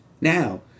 now